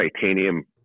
titanium